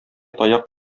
таяк